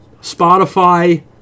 Spotify